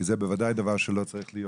כי זה בוודאי דבר שלא צריך להיות.